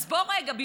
אז בוא רגע.